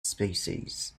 species